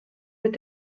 mit